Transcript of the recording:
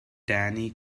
danny